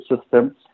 system